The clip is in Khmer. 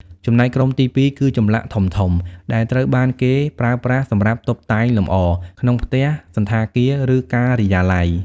ចំណែកក្រុមទីពីរគឺចម្លាក់ធំៗ ដែលត្រូវបានគេប្រើប្រាស់សម្រាប់តុបតែងលម្អ ក្នុងផ្ទះ សណ្ឋាគារ ឬការិយាល័យ។